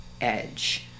edge